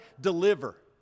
deliver